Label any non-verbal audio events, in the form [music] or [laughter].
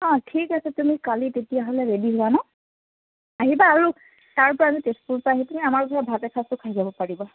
অ ঠিক আছে তুমি কালি তেতিয়াহ'লে ৰেডি হোৱা ন' আহিবা আৰু [unintelligible] তেজপুৰৰ পৰা আহি পেনি আমাৰ ঘৰত ভাত এসাজটো খাই যাব পাৰিবা